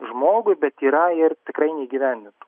žmogui bet yra ir tikrai neįgyvendintų